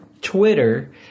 Twitter